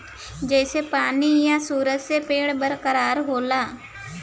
जइसे पानी आ सूरज से पेड़ बरका होला